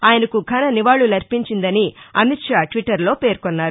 ఆయనకు ఘన నివాళులర్పించిందని అమిత్ షా ట్విట్టర్ లో పేర్కొన్నారు